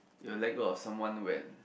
you let go of someone when